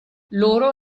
loro